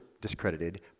discredited